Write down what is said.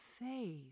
faith